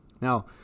Now